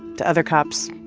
to other cops,